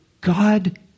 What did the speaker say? God